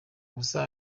ubusa